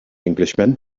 englishman